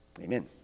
Amen